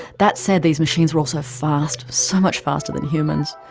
that said, these machines were also fast so much faster than humans.